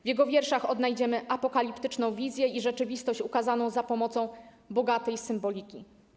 W jego wierszach odnajdziemy apokaliptyczną wizję i rzeczywistość ukazaną za pomocą bogatej symboliki.